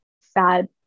sad